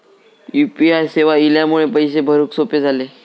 U P I सेवा इल्यामुळे पैशे भरुक सोपे झाले